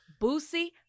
Boosie